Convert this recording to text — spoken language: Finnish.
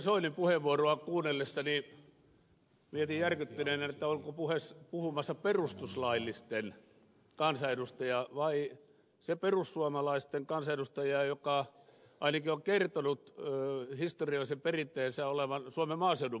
soinin puheenvuoroa kuunnellessani mietin järkyttyneenä onko puhumassa perustuslaillisten kansanedustaja vai se perussuomalaisten kansanedustaja joka ainakin on kertonut historiallisen perinteensä olevan suomen maaseudun puolueesta